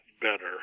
better